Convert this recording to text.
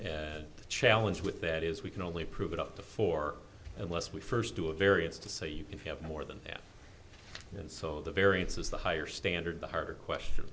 the challenge with that is we can only prove it up to four unless we first do a variance to say you can have more than that and so the variance is the higher standard the harder question